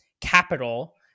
capital